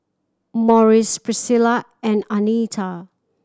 Morris Pricilla and Anita